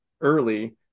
early